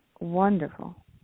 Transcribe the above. wonderful